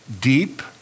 deep